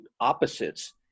opposites